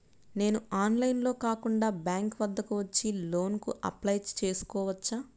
నేను ఆన్లైన్లో కాకుండా బ్యాంక్ వద్దకు వచ్చి లోన్ కు అప్లై చేసుకోవచ్చా?